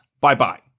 bye-bye